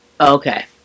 Okay